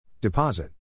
Deposit